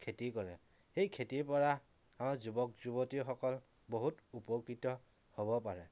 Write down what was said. খেতি কৰে সেই খেতিৰ পৰা আমাৰ যুৱক যুৱতীসকল বহুত উপকৃত হ'ব পাৰে